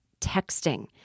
texting